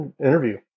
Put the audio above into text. interview